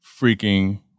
freaking